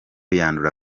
yandura